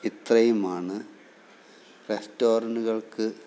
ഇത്രയുമാണ് റെസ്റ്റോറൻറ്റുകൾക്ക്